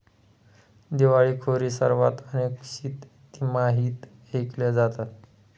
दिवाळखोरी सर्वात अनपेक्षित तिमाहीत ऐकल्या जातात